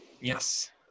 Yes